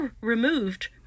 removed